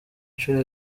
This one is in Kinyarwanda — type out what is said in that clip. nshuro